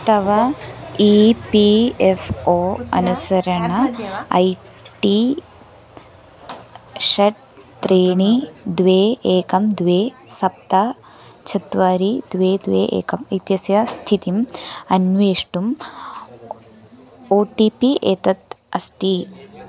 तव E P F O अनुसरणम् I T षट् त्रीणि द्वे एकं द्वे सप्त चत्वारि द्वे द्वे एकम् इत्यस्य स्थितिम् अन्वेष्टुम् ओ टि पि एतत् अस्ति